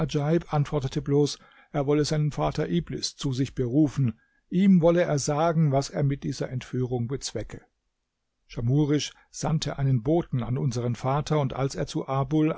antwortete bloß er wolle seinen vater iblis zu sich berufen ihm wolle er sagen was er mit dieser entführung bezwecke schamhurisch sandte einen boten an unseren vater und als er zu abul